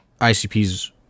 ICPs